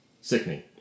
Sickening